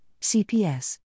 CPS